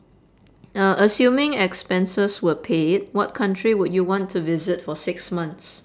uh assuming expenses were paid what country would you want to visit for six months